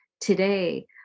today